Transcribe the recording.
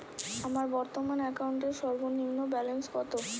আমার বর্তমান অ্যাকাউন্টের সর্বনিম্ন ব্যালেন্স কত?